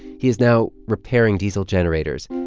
he is now repairing diesel generators.